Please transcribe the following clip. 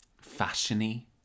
fashion-y